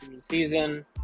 season